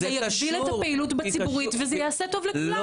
זה יגדיל את הפעילות בציבורית וזה יעשה טוב לכולם.